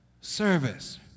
service